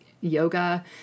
yoga